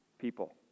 people